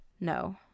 No